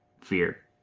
fear